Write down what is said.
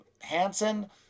Hansen